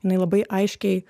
jinai labai aiškiai